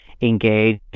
engage